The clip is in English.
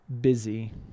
busy